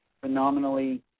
phenomenally